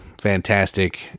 fantastic